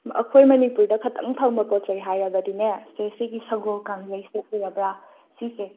ꯑꯩꯈꯣꯏ ꯃꯅꯤꯄꯨꯔꯗ ꯈꯇꯪ ꯐꯪꯕ ꯄꯣꯠꯆꯩ ꯍꯥꯏꯔꯕꯗꯤꯅꯦ ꯁꯦ ꯁꯤꯒꯤ ꯁꯒꯣꯜ ꯀꯥꯡꯖꯩꯁꯦ ꯎꯔꯕ꯭ꯔꯥ ꯁꯤꯁꯦ